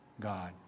God